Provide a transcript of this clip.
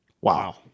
Wow